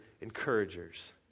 encouragers